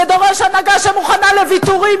זה דורש הנהגה שמוכנה לוויתורים,